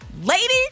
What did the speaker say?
lady